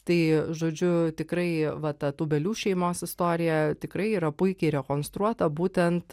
tai žodžiu tikrai va ta tūbelių šeimos istorija tikrai yra puikiai rekonstruota būtent